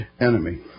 enemy